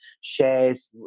shares